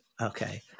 okay